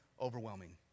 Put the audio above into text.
overwhelming